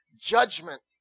judgment